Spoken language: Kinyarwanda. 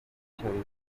icyorezo